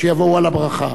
שיבואו על הברכה,